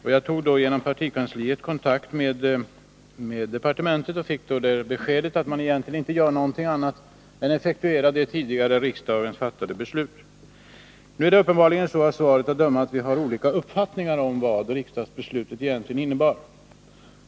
Jag tog då genom partikansliet kontakt med departementet och fick beskedet att man egentligen inte gör någonting annat än effektuerar det av riksdagen tidigare fattade beslutet. Nu är det uppenbarligen så, av svaret att döma, att vi har olika uppfattningar om vad riksdagsbeslutet egentligen innebar.